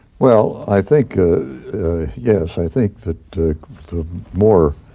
well, i think ah yes. i think that the more,